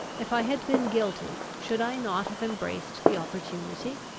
if i had been guilty, should i not have embraced the opportunity?